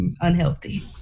unhealthy